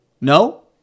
No